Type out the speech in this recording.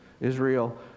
Israel